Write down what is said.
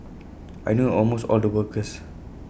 I knew almost all the workers